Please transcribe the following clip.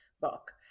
book